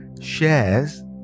shares